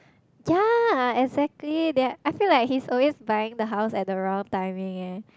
yea exactly that I feel like he's always buying the house at the wrong timing eh